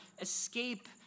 escape